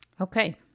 Okay